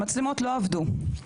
המצלמות לא עבדו.